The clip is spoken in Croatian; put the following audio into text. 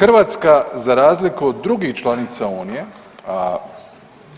Hrvatska za razliku od drugih članica Unije, a